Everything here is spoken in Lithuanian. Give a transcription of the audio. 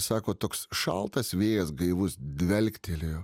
sako toks šaltas vėjas gaivus dvelktelėjo